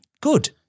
good